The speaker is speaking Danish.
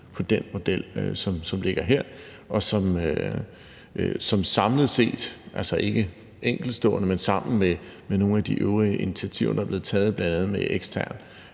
på den model, som ligger her, og som samlet set, altså ikke enkeltstående, men sammen med nogle af de øvrige initiativer, der er blevet taget, bl.a. med en ekstern